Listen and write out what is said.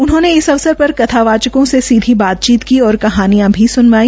उन्होंने इस अवसर पर कथा वाचकों से सीधी बातचीत की और कहानियां भी सुनाई